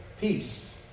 Peace